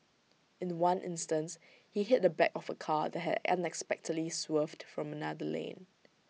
in The One instance he hit the back of A car that had unexpectedly swerved from another lane